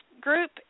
group